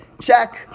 check